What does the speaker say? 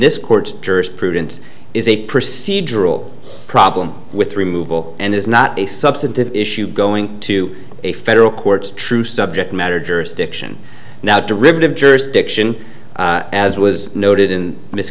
this court jurisprudence is a procedural problem with removal and is not a substantive issue going to a federal court true subject matter jurisdiction now derivative jurisdiction as was noted in